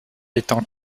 étant